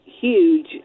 huge